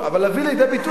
אבל להביא לידי ביטוי,